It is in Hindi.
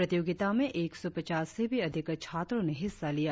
प्रतियोगिता में एक सौ पचास से भी अधिक छात्रों ने हिस्सा लिया